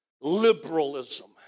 Liberalism